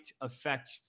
affect